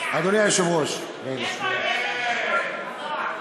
אדוני היושב-ראש, רגע, רגע.